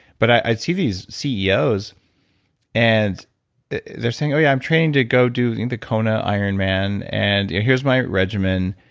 but i'd see these ceos and they're saying, oh yeah, i'm trained to go do the kona iron man and here's my regimen.